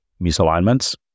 misalignments